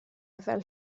fel